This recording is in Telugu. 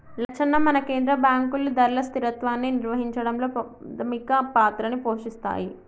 లచ్చన్న మన కేంద్ర బాంకులు ధరల స్థిరత్వాన్ని నిర్వహించడంలో పాధమిక పాత్రని పోషిస్తాయి